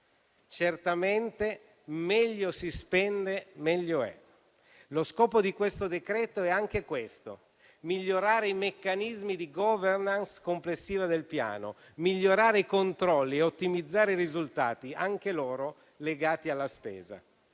Certamente, meglio si spende e meglio è. Lo scopo del decreto-legge in discussione è anche questo: migliorare i meccanismi di *governance* complessiva del Piano; migliorare i controlli e ottimizzare i risultati, anch'essi legati alla spesa.